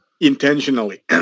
intentionally